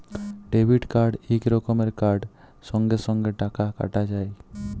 debit card ইক রকমের card সঙ্গে সঙ্গে টাকা কাটা যায়